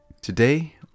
Today